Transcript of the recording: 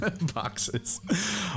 Boxes